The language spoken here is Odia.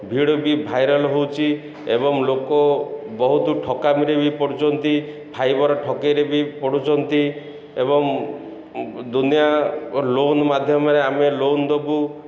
ଭିଡ଼ିଓ ବି ଭାଇରାଲ ହେଉଛି ଏବଂ ଲୋକ ବହୁତ ଠକାମିରେ ବି ପଡ଼ୁଛନ୍ତି ଫାଇବର ଠକେଇରେ ବି ପଡ଼ୁଛନ୍ତି ଏବଂ ଦୁନିଆ ଲୋନ୍ ମାଧ୍ୟମରେ ଆମେ ଲୋନ୍ ଦେବୁ